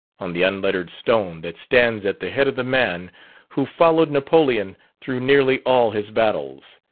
on the unlettered stone that stands at the head of the man who followed napoleon through nearly all his battles,